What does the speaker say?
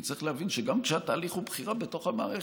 כי צריך להבין שגם כשהתהליך הוא בחירה בתוך המערכת,